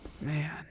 man